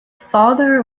father